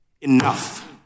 enough